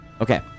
Okay